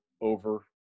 over